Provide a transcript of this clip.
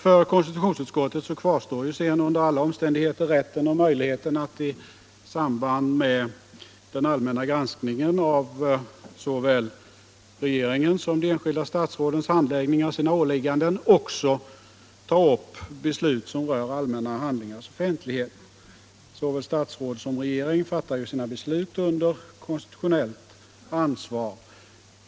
För konstitutionsutskottet kvarstår under alla omständigheter rätten och möjligheten att — i samband med den allmänna granskningen av såväl de enskilda statsrådens som regeringens handläggning av sina åligganden — också ta upp beslut som rör allmänna handlingars offentlighet. Såväl statsråden som regeringen fattar sina beslut under konstitutionellt ansvar.